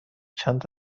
چند